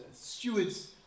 Stewards